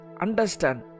Understand